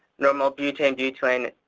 normal butane, butane,